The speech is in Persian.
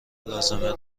لازمه